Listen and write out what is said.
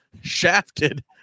shafted